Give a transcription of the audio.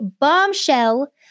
bombshell